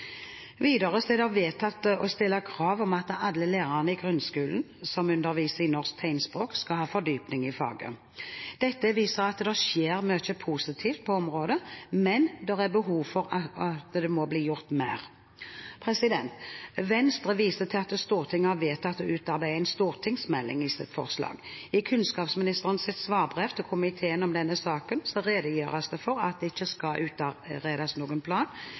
Videre er det vedtatt å stille krav om at alle lærerne i grunnskolen som underviser i norsk tegnspråk, skal ha fordypning i faget. Dette viser at det skjer mye positivt på området, men det er behov for at det blir gjort mer. Venstre viser i sitt forslag til at Stortinget har vedtatt å utarbeide en stortingsmelding. I kunnskapsministerens svarbrev til komiteen om denne saken redegjøres det for at det ikke skal utarbeides noen plan,